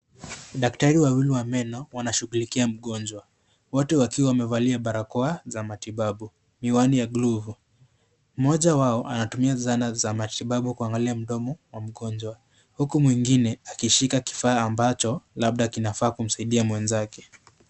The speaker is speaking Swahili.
Daktari wawili wa meni wanashughulikia mgonjwa, wote wawili wakiwa wamevalia barakoa za matibabu, miwani na glovu. Mmoja wao anatumia zana za matibabu kuangalia mdomo wamgonjwa huku mwengine akishika kifaa ambacho labda kinaweza kumsaidia mwenzake.